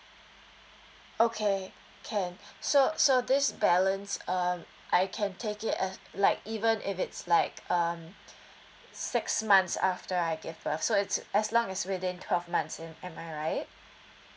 okay can so so this balance um I can take it as like even if it's like um six months after I gave birth so it's as long as within twelve months in am I right